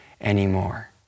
anymore